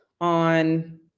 on